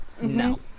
no